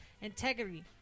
integrity